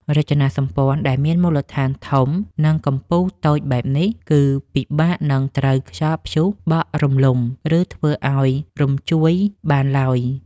រចនាសម្ព័ន្ធដែលមានមូលដ្ឋានធំ និង កំពូលតូចបែបនេះគឺពិបាកនឹងត្រូវខ្យល់ព្យុះបក់រំលំ ឬ ធ្វើឱ្យរំញ្ជួយបានឡើយ។